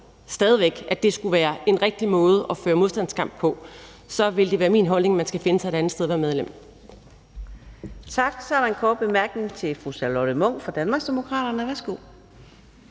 stadig væk, at det skulle være en rigtig måde at føre modstandskamp på, så vil det være min holdning, at man skal finde sig et andet sted at være medlem.